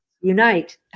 unite